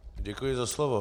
Děkuji za slovo.